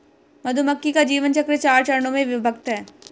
मधुमक्खी का जीवन चक्र चार चरणों में विभक्त है